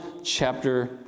chapter